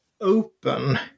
open